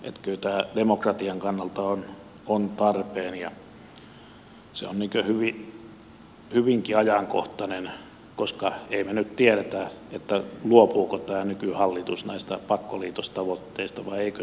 kyllä tämä demokratian kannalta on tarpeen ja hyvinkin ajankohtainen koska emme me nyt tiedä luopuuko tämä nykyhallitus näistä pakkoliitostavoitteista vai eikö se luovu